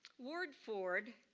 warde ford